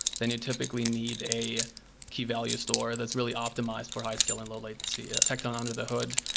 then you typically need a keyvalue store that's really optimized for high scale and low latency. ah tecton, under the hood,